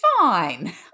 fine